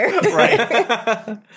Right